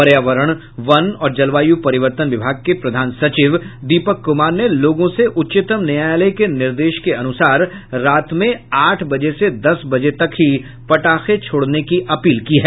पर्यावरण वन और जलवायु परिवर्तन विभाग के प्रधान सचिव दीपक कुमार ने लोगों से उच्चतम न्यायालय के निर्दश के अनुसार रात में आठ बजे से दस बजे तक ही पटाखे छोड़ने की अपील की है